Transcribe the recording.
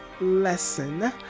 lesson